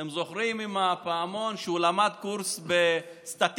אתם זוכרים, עם הפעמון, שהוא למד קורס בסטטיסטיקה?